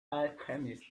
alchemists